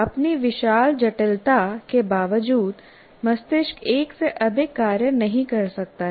अपनी विशाल जटिलता के बावजूद मस्तिष्क एक से अधिक कार्य नहीं कर सकता है